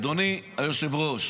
אדוני היושב-ראש